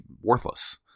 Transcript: worthless